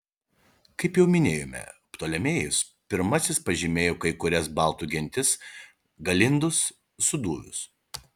kaip jau minėjome ptolemėjus pirmasis pažymėjo kai kurias baltų gentis galindus sūduvius